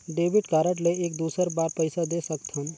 Debit card ले एक दुसर बार पइसा दे सकथन?